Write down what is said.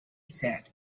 said